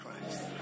Christ